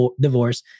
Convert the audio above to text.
divorce